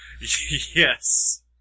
Yes